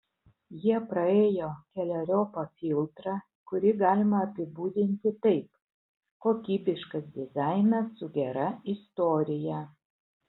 jie praėjo keleriopą filtrą kurį galima apibūdinti taip kokybiškas dizainas su gera istorija